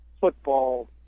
football